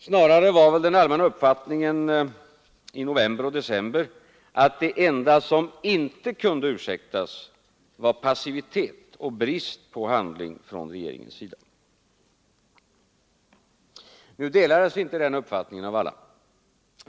Snarare var väl den allmänna uppfattningen i november och december att det enda som inte kunde ursäktas var passivitet och brist på handling från regeringens sida. Nu delas alltså inte den uppfattningen av alla.